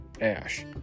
ash